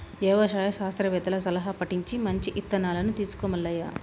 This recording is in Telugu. యవసాయ శాస్త్రవేత్తల సలహా పటించి మంచి ఇత్తనాలను తీసుకో మల్లయ్య